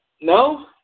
No